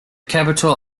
capital